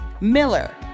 Miller